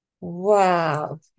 wow